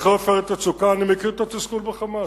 אחרי "עופרת יצוקה", אני מכיר את התסכול ב"חמאס".